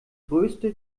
größte